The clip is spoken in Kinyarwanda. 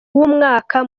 w’umwaka